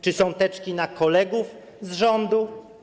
czy są teczki na kolegów z rządu.